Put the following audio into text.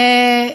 תודה.